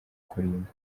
kurimba